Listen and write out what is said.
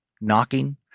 knocking